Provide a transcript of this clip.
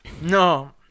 No